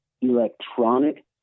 electronic